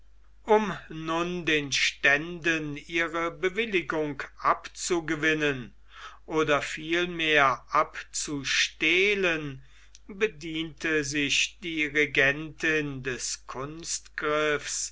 um nun den ständen ihre bewilligung abzugewinnen oder vielmehr abzustehlen bediente sich die regentin des